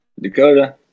Dakota